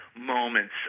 moments